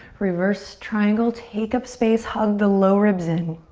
reverse triangle, take up space, hug the lower ribs in.